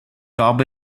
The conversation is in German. gab